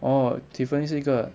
orh tiffany 是一个